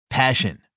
Passion